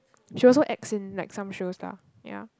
she also acts in like some shows lah ya